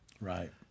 Right